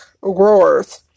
Growers